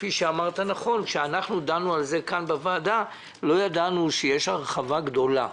כשדנו על זה כאן בוועדה התברר שיש הרחבה גדולה,